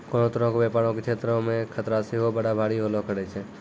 कोनो तरहो के व्यपारो के क्षेत्रो मे खतरा सेहो बड़ा भारी होलो करै छै